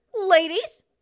Ladies